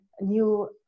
new